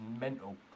mental